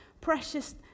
precious